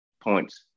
points